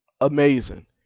Amazing